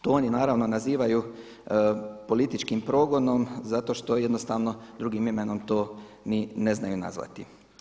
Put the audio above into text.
To oni naravno nazivaju političkim progonom zato što jednostavno drugim imenom to ni ne znaju nazvati.